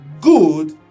good